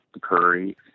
Curry